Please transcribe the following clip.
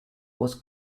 was